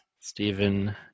stephen